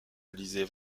réaliser